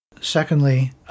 Secondly